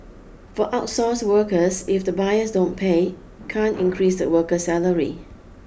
for outsourced workers if the buyers don't pay can't increase the worker's salary